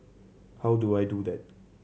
how do I do that